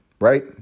right